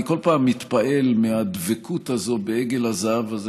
אני בכל פעם מתפעל מהדבקות הזאת בעגל הזהב הזה,